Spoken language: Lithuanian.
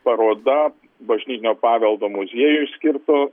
paroda bažnytinio paveldo muziejuj skirto